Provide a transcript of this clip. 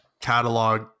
catalog